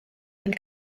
del